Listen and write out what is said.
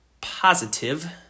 positive